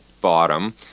bottom